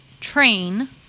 Train